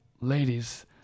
ladies